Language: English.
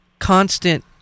constant